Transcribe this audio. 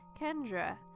Kendra